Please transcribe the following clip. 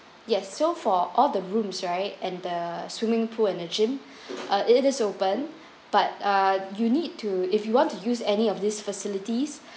yes so for all the rooms right and the swimming pool and the gym uh it is open but uh you need to if you want to use any of these facilities